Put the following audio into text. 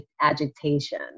agitation